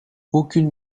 aucune